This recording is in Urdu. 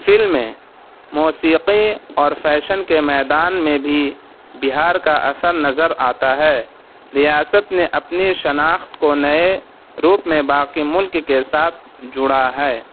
فلمیں موسیقی اور فیشن کے میدان میں بھی بہار کا اثر نظر آتا ہے ریاست نے اپنی شناخت کو نئے روپ میں باقی ملک کے ساتھ جوڑا ہے